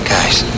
Guys